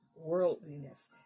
worldliness